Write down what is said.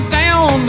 down